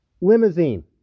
limousine